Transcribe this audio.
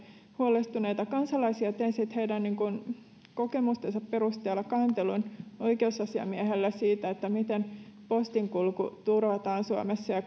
huolestuneita kansalaisia tein heidän kokemustensa perusteella kantelun oikeusasiamiehelle siitä miten postinkulku turvataan suomessa ja